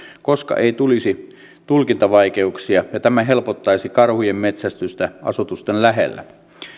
koska ei tulisi tulkintavaikeuksia ja tämä helpottaisi karhujen metsästystä asutusten lähellä